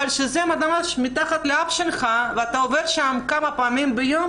אבל כשזה מתחת לאף שלך ואתה עובר שם כמה פעמים ביום